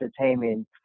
entertainment